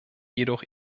jedoch